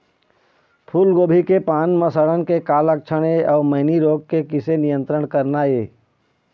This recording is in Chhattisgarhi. फूलगोभी के पान म सड़न के का लक्षण ये अऊ मैनी रोग के किसे नियंत्रण करना ये?